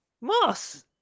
Moss